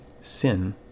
sin